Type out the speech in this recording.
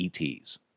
ETs